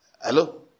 Hello